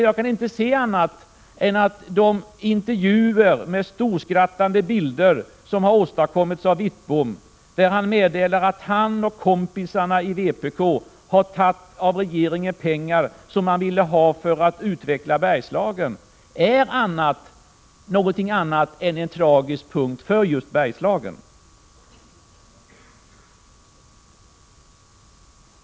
Jag kan inte se att de intervjuer med bilder av en storskrattande Bengt Wittbom där han meddelar 59 att han och kompisarna i vpk har tagit regeringens pengar som skulle användas för att utveckla Bergslagen är någonting annat än en tragisk sak för just Bergslagen.